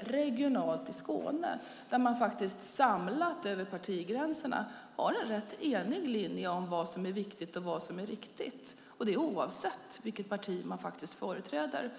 regionalt nere i Skåne där man faktiskt har en rätt enig linje om vad som är viktigt och riktigt oavsett vilket parti man företräder.